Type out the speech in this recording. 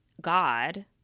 God